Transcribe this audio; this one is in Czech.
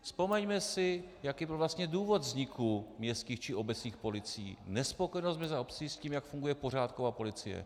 Vzpomeňme si, jaký byl vlastně důvod vzniku městských či obecních policií nespokojenost měst a obcí s tím, jak funguje pořádková policie.